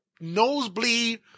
nosebleed